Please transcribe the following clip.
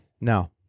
No